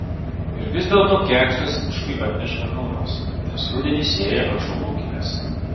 ir vis dėlto kėkštas miškui atneša ir naudos nes rudenį sėja ąžuolų giles